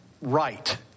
right